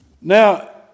Now